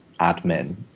admin